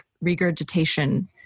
regurgitation